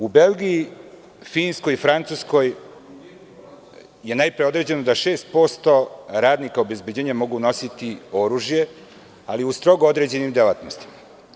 U Belgiji, Finskoj i Francuskoj je najpre određeno da 6% radnika obezbeđenja mogu nositi oružje, ali u strogo određenim delatnostima.